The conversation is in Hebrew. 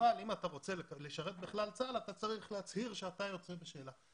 אבל אם אתה רוצה לשרת בכלל-צה"ל אתה צריך להצהיר שאתה יוצא בשאלה.